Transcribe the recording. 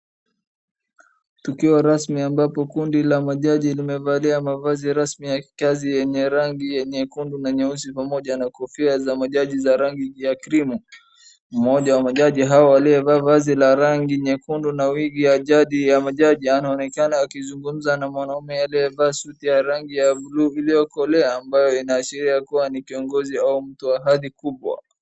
Tukio rasmi ambapo kundi ma majaji limevalia mavazi rasmi ya kikazi yenye rangi nyekundu na nyeusi pamoja na kofia za majaji ya rangi ya krimu. Mmoja wa majaji hawa aliyevaa vazi la rangi nyekundu na wigi ya majaji anaonekana akizungumza na mwanaume aliyevaa suti ya rangi ya blue iliyokolea ambayo inaashiria kuwa ni kiongozi au mtu wa hadhi kubwa.